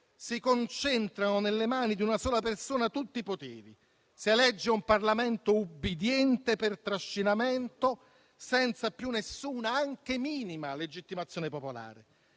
si concentrano nelle mani di una sola persona tutti i poteri: si elegge un Parlamento ubbidiente per trascinamento, senza più neanche la minima legittimazione popolare,